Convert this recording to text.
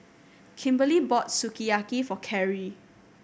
Kimberly bought Sukiyaki for Kerri